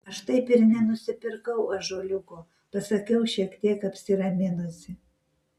aš taip ir nenusipirkau ąžuoliuko pasakiau šiek tiek apsiraminusi